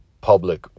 public